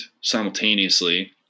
simultaneously